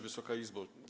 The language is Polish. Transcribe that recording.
Wysoka Izbo!